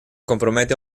compromete